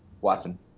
Watson